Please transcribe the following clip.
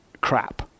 crap